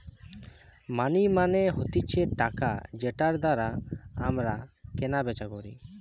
মানি মানে হতিছে টাকা যেটার দ্বারা আমরা কেনা বেচা করি